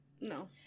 No